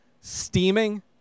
steaming